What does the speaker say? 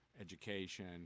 education